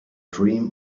dream